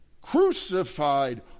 crucified